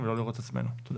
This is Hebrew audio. תודה